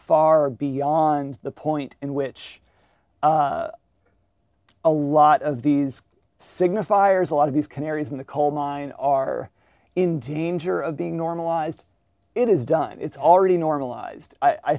far beyond the point in which a lot of these signifiers a lot of these canaries in the coal mine are in danger of being normalised it is done it's already normalized i